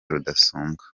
rudasumbwa